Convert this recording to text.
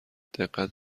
دقت